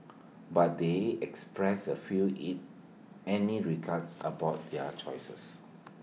but they expressed A few IT any regrets about their choices